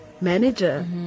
manager